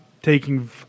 taking